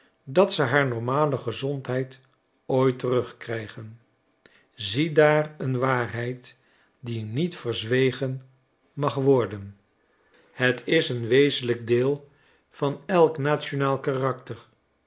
dat ze haar normale gezondheid ooit terugkrijgen ziedaar een waarheid die niet verzwegen mag worden het is een wezenlijk deel van elk nationaal karakter